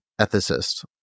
ethicist